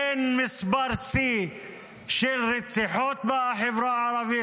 אין מספר שיא של רציחות בחברה הערבית.